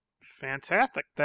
Fantastic